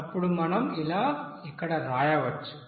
అప్పుడు మనం ఇక్కడ వ్రాయవచ్చు